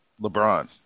LeBron